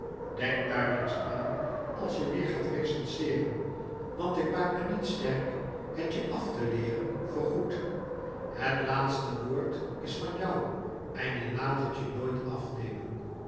denkt daar eens aan als je weêr gaat recenseeren want ik maak me niet sterk het je af te leeren voor goed het laatste woord is van jou en je laat het je nooit afnemen